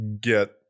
get